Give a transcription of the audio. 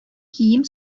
кием